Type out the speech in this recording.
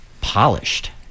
polished